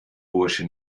bursche